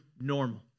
normal